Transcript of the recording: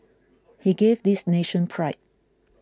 he gave this nation pride